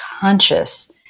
conscious